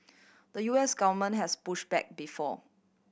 the U S government has push back before